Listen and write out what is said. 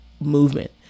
movement